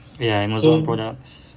ya amazon products